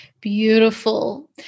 Beautiful